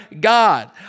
God